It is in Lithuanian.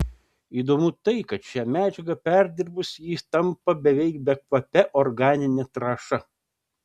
įdomu tai kad šią medžiagą perdirbus jis tampa beveik bekvape organine trąša